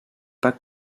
pas